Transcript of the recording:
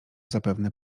zapewne